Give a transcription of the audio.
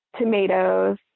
tomatoes